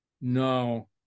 No